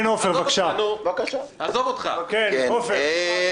חבר הכנסת קושניר תודה, חבר הכנסת זוהר, אתה